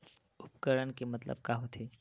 उपकरण के मतलब का होथे?